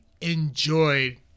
enjoyed